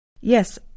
Yes